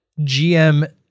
GM